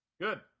Good